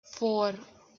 four